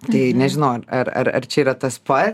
tai nežinau ar ar čia yra tas pats